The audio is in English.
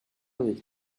with